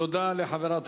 תודה לחברת